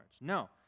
no